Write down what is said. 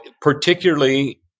particularly